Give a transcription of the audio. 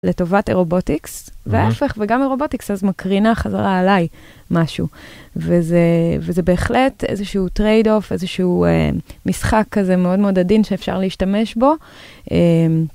לטובת אירובוטיקס, וההפך וגם אירובוטיקס אז מקרינה חזרה עליי משהו וזה בהחלט איזשהו טרייד אוף, איזשהו משחק כזה מאוד מאוד עדין שאפשר להשתמש בו.